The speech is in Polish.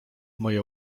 moje